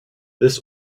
this